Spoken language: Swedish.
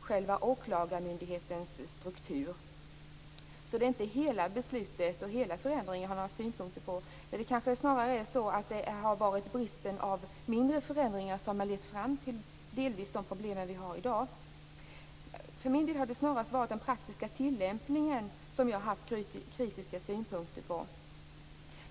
själva åklagarmyndighetens struktur. Det är alltså inte hela beslutet och hela förändringen jag har synpunkter på. Kanske är det bristen på mindre förändringar som delvis har lett fram till de problem vi har i dag. För min del har jag främst varit kritisk mot den praktiska tillämpningen.